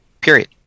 period